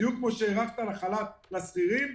בדיוק כמו שהארכת את החל"ת לשכירים,